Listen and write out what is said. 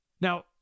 Now